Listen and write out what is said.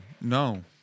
no